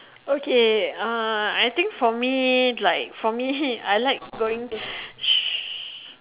okay uh I think for me like for me I like going